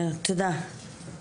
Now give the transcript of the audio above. תודה.